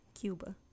Cuba